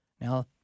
Now